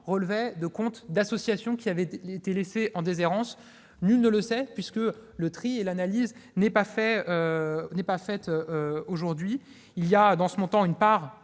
relevait de comptes d'associations qui avaient été laissées en déshérence ? Nul ne le sait, puisque le tri et l'analyse ne sont pas faits aujourd'hui. Il y a dans ce montant une part